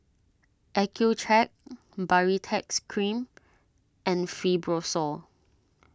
Accucheck Baritex Cream and Fibrosol